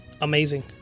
amazing